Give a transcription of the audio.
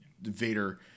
Vader